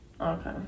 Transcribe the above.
Okay